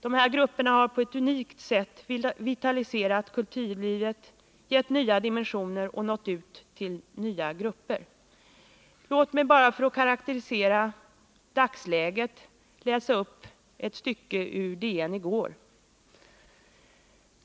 De ifrågavarande grupperna har på ett unikt sätt vitaliserat kulturlivet, gett nya dimensioner och nått ut till nya grupper. Låt mig för att karakterisera dagsläget bara läsa upp ett stycke ur DN från i går.